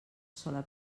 sola